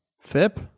FIP